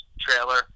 trailer